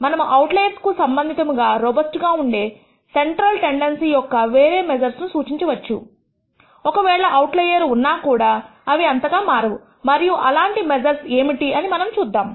మనము అవుట్లయర్స్ నకు సంబంధితముగా రోబస్ట్ గా ఉండే సెంట్రల్ టెండెన్సీ యొక్క వేరే మెజర్స్ ను సూచించవచ్చు ఒకవేళ అవుట్లయర్ ఉన్నాకూడా ఇవి అంతగా మారవు మరియు అలాంటి మెజర్ ఏమిటి అని మనము చూద్దాము